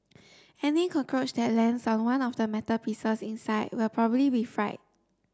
any cockroach that lands on one of the metal pieces inside will probably be fried